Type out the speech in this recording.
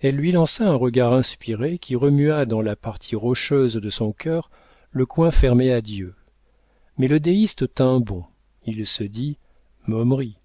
elle lui lança un regard inspiré qui remua dans la partie rocheuse de son cœur le coin fermé à dieu mais le déiste tint bon il se dit momeries